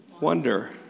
wonder